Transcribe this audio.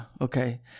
Okay